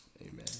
Amen